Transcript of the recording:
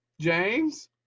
James